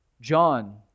John